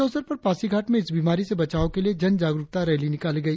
इस अवसर पर पासीघाट में इस बीमारी से बचाव के लिए जन जागरुकता रैली निकाली गई